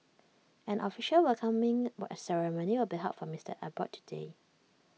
an official welcoming but ceremony will be held for Mister Abbott today